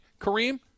Kareem